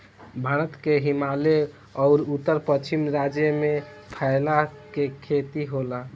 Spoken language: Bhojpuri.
भारत के हिमालय अउर उत्तर पश्चिम राज्य में फैला के खेती होला